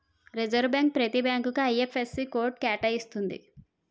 reserve bank ప్రతి బ్యాంకుకు IFSC code కేటాయిస్తుంది